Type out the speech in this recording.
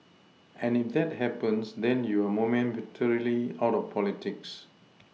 and if that happens then you're momentarily out of politics